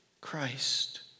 Christ